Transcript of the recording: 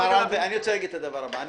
מר אנטורג, אני רוצה להגיד את הדבר הבא.